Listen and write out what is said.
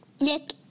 Nick